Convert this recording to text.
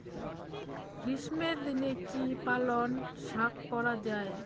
গ্রীষ্মের দিনে কি পালন শাখ করা য়ায়?